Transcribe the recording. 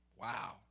wow